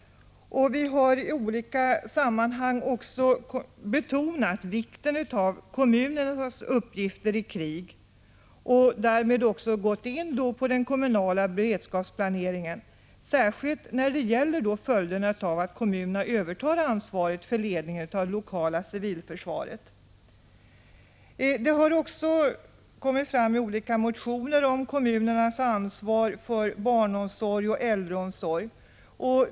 Vi har i olika sammanhang betonat vikten av kommunernas uppgifter i krig och därvid också gått in på den kommunala beredskapsplaneringen särskilt vad gäller följderna av att kommunerna övertar ansvaret för ledningen av det lokala civilförsvaret. I olika motioner har det också talats om kommunernas ansvar för barnomsorgen och äldreomsorgen.